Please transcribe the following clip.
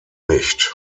nicht